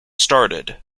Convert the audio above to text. started